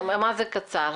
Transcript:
מה זה קצר?